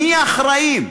מי האחראים?